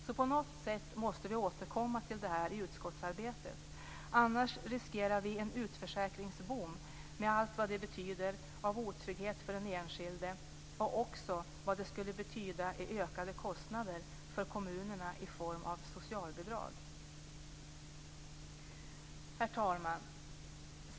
Så på något sätt måste vi återkomma till detta i utskottsarbetet, annars riskerar vi en utförsäkringsboom med allt vad det betyder av otrygghet för den enskilde och av ökade kostnader för kommunerna i form av socialbidrag. Herr talman!